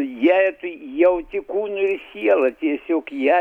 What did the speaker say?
ją tu jauti kūnu ir siela tiesiog ją ir